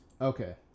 okay